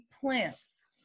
plants